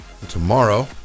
Tomorrow